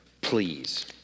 please